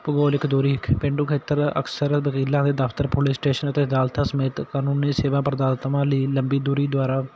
ਭੂਗੋਲਿਕ ਦੂਰੀ ਪੇਂਡੂ ਖੇਤਰ ਅਕਸਰ ਵਕੀਲਾਂ ਦੇ ਦਫਤਰ ਪੁਲਿਸ ਸਟੇਸ਼ਨ ਅਤੇ ਅਦਾਲਤਾਂ ਸਮੇਤ ਕਾਨੂੰਨੀ ਸੇਵਾ ਪਰਦਾਤਾਵਾਂ ਲਈ ਲੰਬੀ ਦੂਰੀ ਦੁਆਰਾ